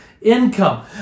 Income